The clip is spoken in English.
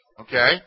Okay